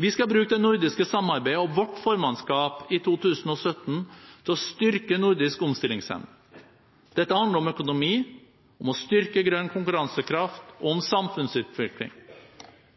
Vi skal bruke det nordiske samarbeidet og vårt formannskap i 2017 til å styrke nordisk omstillingsevne. Dette handler om økonomi, om å styrke grønn konkurransekraft, og om samfunnsutvikling,